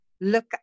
look